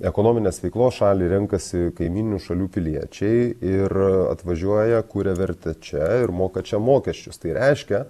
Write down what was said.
ekonominės veiklos šalį renkasi kaimyninių šalių piliečiai ir atvažiuoja kuria vertę čia ir moka čia mokesčius tai reiškia